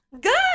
Good